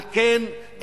על כן,